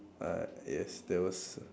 uh yes that was